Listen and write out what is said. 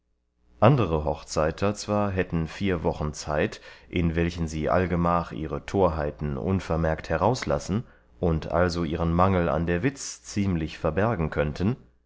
andere hochzeiter zwar hätten vier wochen zeit in welchen sie allgemach ihre torheiten unvermerkt herauslassen und also ihren mangel an der witz ziemlich verbergen könnten